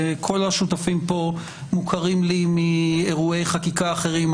כל השותפים פה מוכרים לי מאירועי חקיקה אחרים,